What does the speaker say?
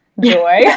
joy